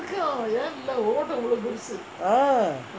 ah